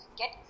get